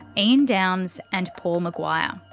and downes and paul mcguire.